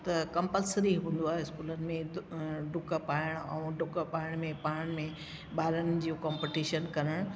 त कंप्लसरी हूंदो आ इस्कूलनि में त ॾुक पाइण ऐं ॾुक पाइण में पाण में ॿारनि जो कॉम्पिटिशन करणु